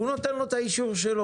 הוא נותן לו את האישור שלו.